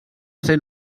ser